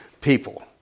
people